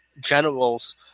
generals